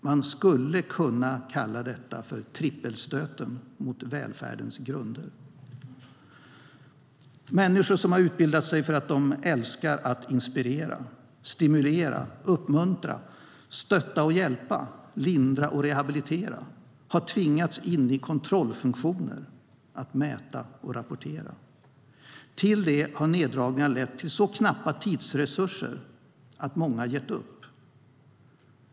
Man skulle kunna kalla detta för trippelstöten mot välfärdens grunder. Människor som har utbildat sig för att de älskar att inspirera, stimulera, uppmuntra, stötta och hjälpa, lindra och rehabilitera har tvingats in i kontrollfunktioner, att mäta och rapportera. Till det har neddragningar lett till så knappa tidsresurser att många gett upp.